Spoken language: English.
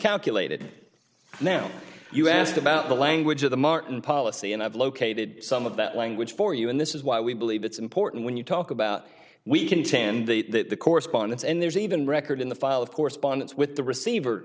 calculated now you asked about the language of the martin policy and i've located some of that language for you and this is why we believe it's important when you talk about we contend that the correspondence and there's even record in the file of correspondence with the receiver